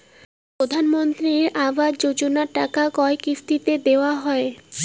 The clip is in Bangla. প্রধানমন্ত্রী আবাস যোজনার টাকা কয় কিস্তিতে দেওয়া হয়?